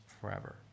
forever